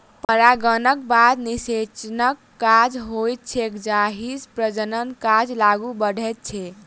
परागणक बाद निषेचनक काज होइत छैक जाहिसँ प्रजननक काज आगू बढ़ैत छै